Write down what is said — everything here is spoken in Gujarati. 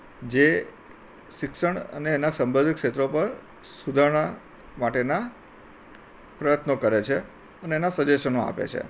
જે શિક્ષણ અને એનાં સંબંધિત ક્ષેત્રો પર સુધારણા માટેનાં પ્રયત્નો કરે છે અને એના સજેશનો આપે છે